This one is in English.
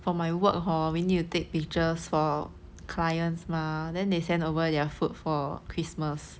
for my work hor we need to take pictures for clients mah then they send over their food for christmas